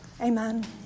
amen